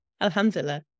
Alhamdulillah